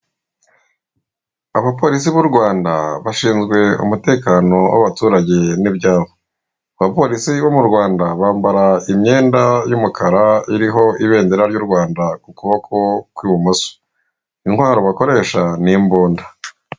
Abapolisi b'u Rwanda bashinzwe umutekano w'abaturage n'ibyabo, abapolisi bo mu Rwanda bambara imyenda y'umukara iriho ibendera ry'u Rwanda ku kuboko kw'ibumoso. Intwaro bakoresha ni imbunda.